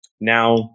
Now